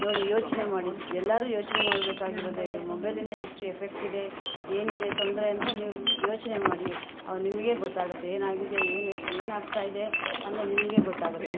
ನೋಡಿ ಯೋಚನೆ ಮಾಡಿ ಜ್ ಎಲ್ಲರೂ ಯೋಚನೆ ಮಾಡಬೇಕಾಗಿರೋದೆ ಇದು ಮೊಬೈಲಿಂದ ಎಷ್ಟು ಎಫೆಕ್ಟ್ ಇದೆ ಏನಿದೆ ತೊಂದರೆ ಅಂತ ನೀವು ಯೋಚನೆ ಮಾಡಿ ಅವಾಗ ನಿಮಗೆ ಗೊತ್ತಾಗುತ್ತೆ ಏನಾಗಿದೆ ಏನು ಏನಾಗ್ತಾಯಿದೆ ಅನ್ನೋದು ನಿಮಗೆ ಗೊತ್ತಾಗುತ್ತೆ